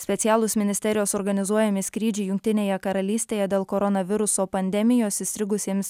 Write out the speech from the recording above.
specialūs ministerijos organizuojami skrydžiai jungtinėje karalystėje dėl koronaviruso pandemijos įstrigusiems